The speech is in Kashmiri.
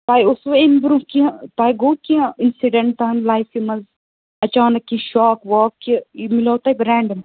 تۄہہِ اوسوٕ اَمہِ برٛونٛہہ کیٚنٛہہ تۄہہِ گوٚو کیٚنٛہہ اِنسِڈیٚنٛٹ کانٛہہ لایفہِ منٛز اچانٛک کیٚنٛہہ شاک واک کہِ یہِ مِلیو تۅہہِ ریٚنٛڈم